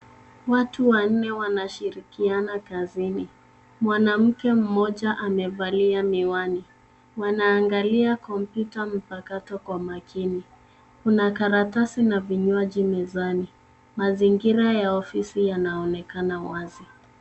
Watu wanne wanashirikiana kazini, mwanamke mmoja amevalia miwani wanaangalia komputa mpakato kwa makini. Kuna karatasi na vinywaji mezani. Mazingira ya ofisi yanaonekanawazi.